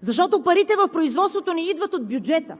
защото парите в производството не идват от бюджета.